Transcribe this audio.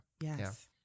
Yes